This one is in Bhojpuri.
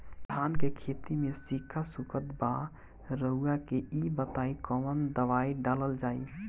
धान के खेती में सिक्का सुखत बा रउआ के ई बताईं कवन दवाइ डालल जाई?